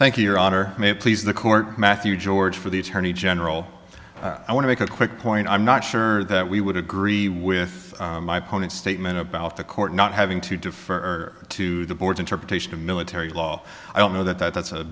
thank you your honor may it please the court matthew george for the attorney general i want to make a quick point i'm not sure that we would agree with my pony's statement about the court not having to defer to the board's interpretation of military law i don't know that that